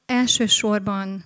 elsősorban